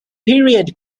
period